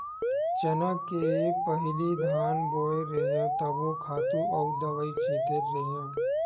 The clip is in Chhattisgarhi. चना ले पहिली धान बोय रेहेव तभो खातू अउ दवई छिते रेहेव